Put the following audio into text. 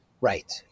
Right